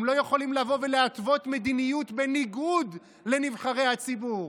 הם לא יכולים לבוא ולהתוות מדיניות בניגוד לנבחרי הציבור,